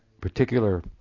particular